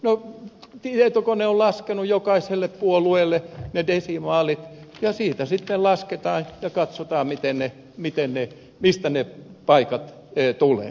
no tietokone on laskenut jokaiselle puolueelle ne desimaalit ja siitä sitten lasketaan ja katsotaan mistä ne paikat tulevat